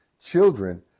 children